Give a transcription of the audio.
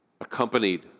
Accompanied